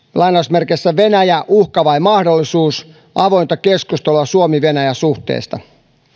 venäjä uhka vai mahdollisuus avointa keskustelua suomen venäjä suhteesta